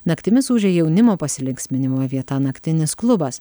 naktimis ūžia jaunimo pasilinksminimo vieta naktinis klubas